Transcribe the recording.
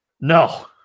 No